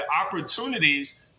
opportunities